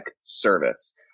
service